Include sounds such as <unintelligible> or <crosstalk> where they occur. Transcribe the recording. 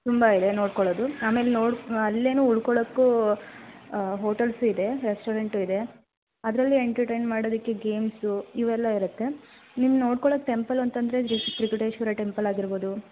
ತುಂಬ ಇದೆ ನೋಡಿಕೊಳ್ಳೋದು ಆಮೇಲೆ ನೋಡಿ ಅಲ್ಲೇನು ಉಳ್ಕೊಳ್ಳೋಕ್ಕೂ ಹೋಟೆಲ್ಸು ಇದೆ ರೆಸ್ಟೋರೆಂಟು ಇದೆ ಅದರಲ್ಲೂ ಎಂಟ್ರಟೈನ್ ಮಾಡೊದಕ್ಕೆ ಗೇಮ್ಸು ಇವೆಲ್ಲ ಇರುತ್ತೆ ನೀವು ನೋಡ್ಕೊಳಕೆ ಟೆಂಪಲ್ ಅಂತಂದರೆ <unintelligible> ತ್ರಿಕೂಟೇಶ್ವರ ಟೆಂಪಲ್ಲ್ ಆಗಿರ್ಬೋದು